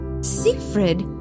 Siegfried